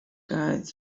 guides